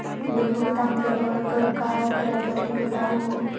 Bill भुगतान fail होवे पर का करै परही, बताहु हो?